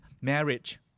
marriage